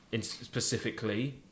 specifically